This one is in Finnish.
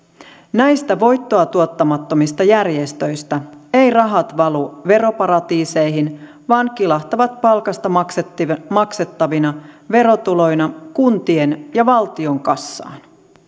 näistä voittoa tuottamattomista järjestöistä eivät rahat valu veroparatiiseihin vaan kilahtavat palkasta maksettavina maksettavina verotuloina kuntien ja valtion kassaan